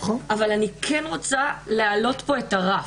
אבל אני כן רוצה להעלות את הרף,